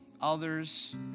others